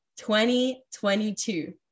2022